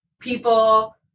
People